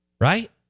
right